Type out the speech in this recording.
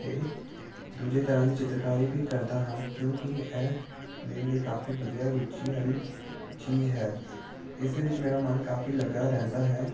ਅਤੇ ਦੂਜੀ ਤਰ੍ਹਾਂ ਦੀ ਚਿੱਤਰਕਾਰੀ ਵੀ ਕਰਦਾ ਹਾਂ ਕਿਉਂਕਿ ਇਹ ਮੇਰੇ ਲਈ ਕਾਫੀ ਵਧੀਆ ਰੁਚੀ ਵਾਲੀ ਚੀਜ਼ ਹੈ ਇਸ ਦੇ ਵਿੱਚ ਮੇਰਾ ਮਨ ਕਾਫੀ ਲੱਗਾ ਰਹਿੰਦਾ ਹੈ